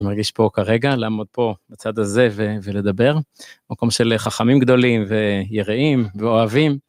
אני מרגיש פה כרגע, לעמוד פה, בצד הזה ולדבר. מקום של חכמים גדולים ויראים ואוהבים.